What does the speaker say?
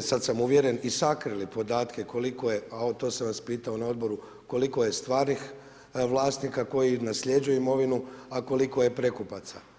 sad sam uvjeren i sakrili podatke koliko je, a to sam vas pitao na odboru koliko je stvarnih vlasnika koji nasljeđuju imovinu, a koliko je prekupaca.